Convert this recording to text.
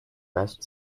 best